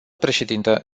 președintă